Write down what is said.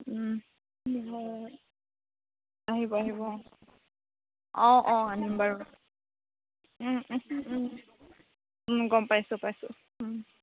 আহিব আহিব অঁ অঁ অঁ আহিম বাৰু গম পাইছোঁ পাইছোঁ